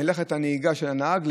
מלאכת הנהיגה של הנהג,